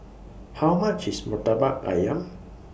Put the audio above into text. How much IS Murtabak Ayam